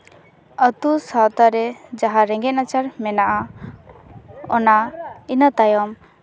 ᱟᱛᱳ ᱥᱟᱶᱛᱟᱨᱮ ᱨᱮᱸᱜᱮᱡ ᱱᱟᱪᱟᱨ ᱢᱮᱱᱟᱜᱼᱟ ᱚᱱᱟ ᱤᱱᱟᱹ ᱛᱟᱭᱱᱚᱢ